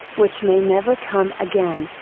which may never come again.